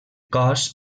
cos